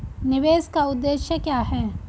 निवेश का उद्देश्य क्या है?